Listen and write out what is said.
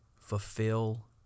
Fulfill